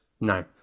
No